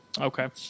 Okay